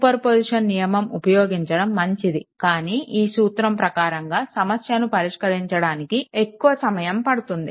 super position నియమం ఉపయోగించడం మంచిది కానీ ఈ సూత్రం ప్రకారంగా సమస్యను పరిష్కరించడానికి ఎక్కువ సమయం పడుతుంది